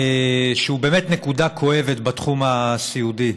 שהוא באמת נקודה כואבת בתחום הסיעודי.